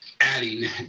adding